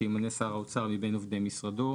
שימנה שר האוצר מבין עובדי משרדו,